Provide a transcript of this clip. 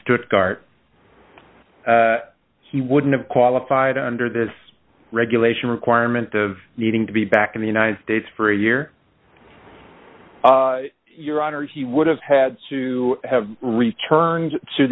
stuttgart he wouldn't have qualified under this regulation requirement of needing to be back in the united states for a year your honor he would have had to have returned to